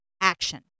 action